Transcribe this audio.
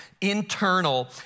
internal